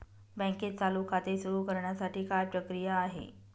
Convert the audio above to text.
बँकेत चालू खाते सुरु करण्यासाठी काय प्रक्रिया आहे?